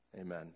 Amen